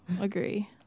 agree